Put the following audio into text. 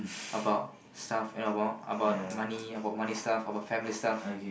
about stuff and about about money about money stuff about family stuff